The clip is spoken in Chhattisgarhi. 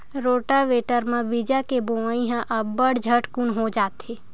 रोटावेटर म बीजा के बोवई ह अब्बड़ झटकुन हो जाथे